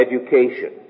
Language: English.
education